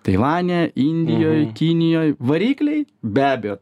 taivane indijoj kinijoj varikliai be abejo